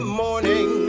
morning